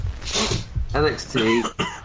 NXT